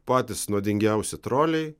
patys nuodingiausi troliai